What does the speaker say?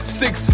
six